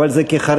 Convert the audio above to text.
אבל זה כחריג.